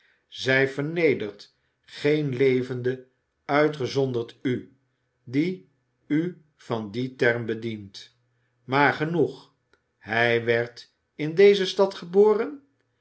zij vernedert geen levende uitgezonderd u die u van dien term bedient maar genoeg hij werd in deze stad geboren